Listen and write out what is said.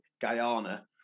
Guyana